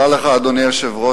אדוני היושב-ראש,